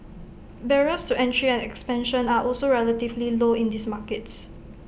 barriers to entry and expansion are also relatively low in these markets